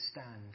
stand